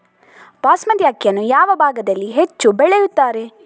ಬಾಸ್ಮತಿ ಅಕ್ಕಿಯನ್ನು ಯಾವ ಭಾಗದಲ್ಲಿ ಹೆಚ್ಚು ಬೆಳೆಯುತ್ತಾರೆ?